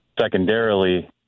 secondarily